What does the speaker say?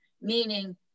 Meaning